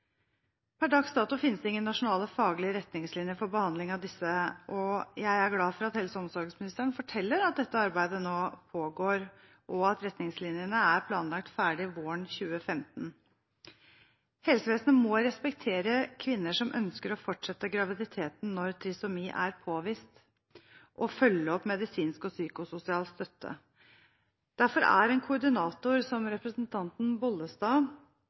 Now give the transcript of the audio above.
behandling av disse, og jeg er glad for at helse- og omsorgsministeren forteller at dette arbeidet nå pågår, og at retningslinjene er planlagt ferdig våren 2015. Helsevesenet må respektere kvinner som ønsker å fortsette graviditeten når trisomi er påvist, og følge opp med medisinsk og psykososial støtte. Derfor er en koordinator som representanten Bollestad